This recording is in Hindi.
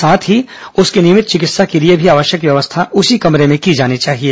साथ ही उसकी नियमित चिकित्सा के लिए भी आवश्यक व्यवस्था उसी कमरे में की जानी चाहिए